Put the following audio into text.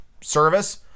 service